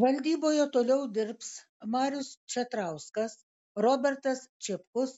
valdyboje toliau dirbs marius čatrauskas robertas čipkus